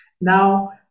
Now